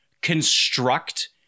construct